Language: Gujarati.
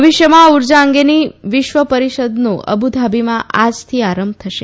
ભવિષ્યમાં ઉર્જા અંગેની વિશ્વ પરિષદનો અબુધાબીમાં આજથી આરંભ થશે